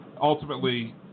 ultimately